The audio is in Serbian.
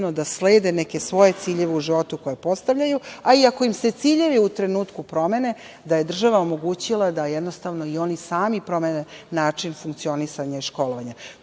da mogu neke svoje ciljeve u životu, koje postavljaju, a i ako im se ciljevi u trenutku promene da je država omogućila da i oni sami promene način funkcionisanja i školovanja.